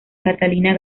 catalina